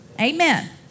Amen